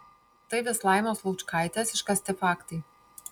tai vis laimos laučkaitės iškasti faktai